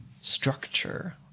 structure